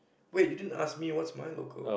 wait you didn't ask me what's my local